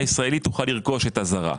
הישראלית תוכל לרכוש את הזרה.